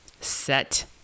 set